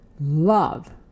love